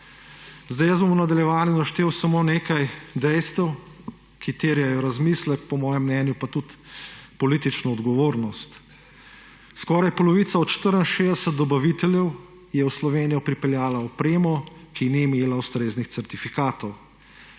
Jaz bom v nadaljevanju naštel samo nekaj dejstev, ki terjajo razmislek, po mojem mnenju pa tudi politično odgovornost. Skoraj polovica od 64 dobaviteljev je v Slovenijo pripeljala opremo, ki ni imela ustreznih certifikatov.